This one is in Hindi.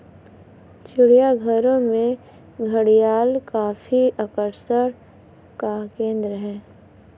चिड़ियाघरों में घड़ियाल काफी आकर्षण का केंद्र है